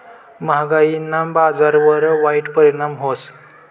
म्हागायीना बजारवर वाईट परिणाम व्हस